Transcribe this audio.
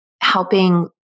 helping